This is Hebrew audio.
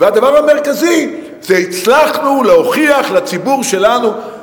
והדבר המרכזי זה: הצלחנו להוכיח לציבור שלנו,